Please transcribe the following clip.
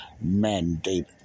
mandate